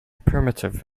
primitive